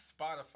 Spotify